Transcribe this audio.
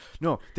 no